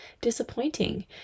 disappointing